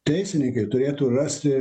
teisininkai turėtų rasti